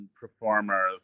performers